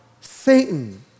Satan